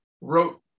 wrote